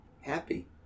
happy